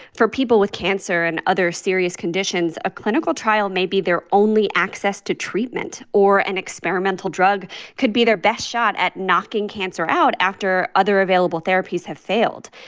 for people with cancer and other serious conditions, a clinical trial may be their only access to treatment. or an experimental drug could be their best shot at knocking cancer out after other available therapies have failed.